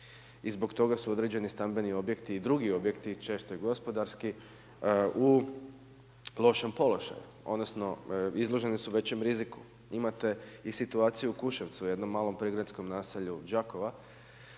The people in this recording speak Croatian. I zbog toga su određeni stambeni objekti i drugi objekti, često i gospodarski u lošem položaju, odnosno izloženi su većem riziku. Imate i situaciju u Kuševcu u jednom malom prigradskom naselju Đakova